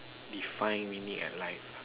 define we need a life